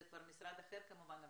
זה כבר משרד אחר כמובן,